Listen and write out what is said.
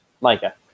Micah